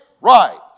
right